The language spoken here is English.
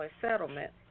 settlement